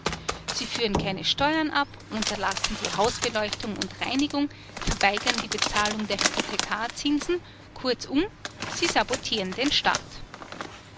sie führen keine steuern ab unterlassen die hausbeleuchtung und reinigung verweigern die bezahlung der hypothekarzinsen kurzum sie sabotieren den staat